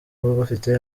bafite